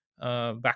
back